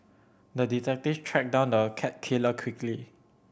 the detective tracked down the cat killer quickly